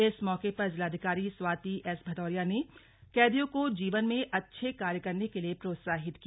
इस मौके पर जिलाधिकारी स्वाति एस भदौरिया ने कैदियों को जीवन में अच्छे कार्य करने के लिए प्रोत्साहित किया